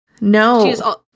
No